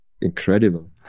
incredible